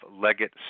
Leggett